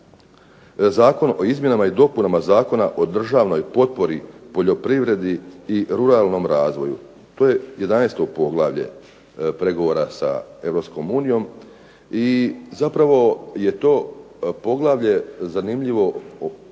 Zakon o izmjenama i dopunama Zakona o državnoj potpori poljoprivredi i ruralnom razvoju. To je 11. poglavlje pregovora sa Europskom unijom i zapravo je to poglavlje zanimljivo, poglavito